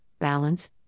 balance